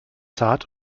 zart